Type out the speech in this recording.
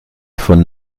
von